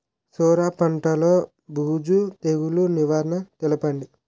సొర పంటలో బూజు తెగులు నివారణ తెలపండి?